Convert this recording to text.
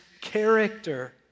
character